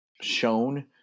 shown